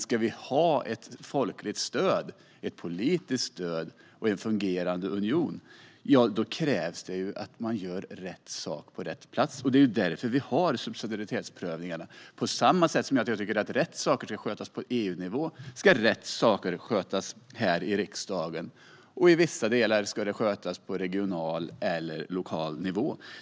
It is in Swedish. Ska vi ha ett folkligt stöd, ett politiskt stöd och en fungerande union krävs det dock att man gör rätt sak på rätt plats. Det är därför vi har subsidiaritetsprövningarna. På samma sätt som jag tycker att rätt saker ska skötas på EU-nivå tycker jag att rätt saker ska skötas här i riksdagen, och i vissa delar ska det skötas på regional eller lokal nivå.